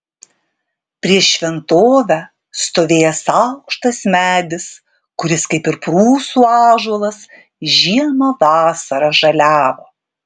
prieš šventovę stovėjęs aukštas medis kuris kaip ir prūsų ąžuolas žiemą vasarą žaliavo